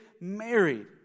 married